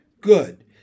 Good